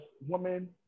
woman